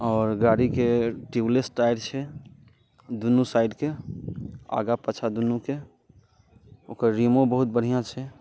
आओर गाड़ीके tubeless tyre छै दुनू साइडके आगाँ पाछाँ दुनूके ओकर रीमो बहुत बढ़िआँ छै